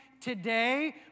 today